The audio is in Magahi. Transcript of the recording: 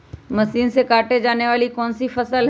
मशीन से काटे जाने वाली कौन सी फसल है?